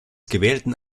gewählten